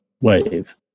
wave